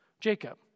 Jacob